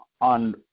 on